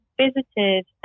visited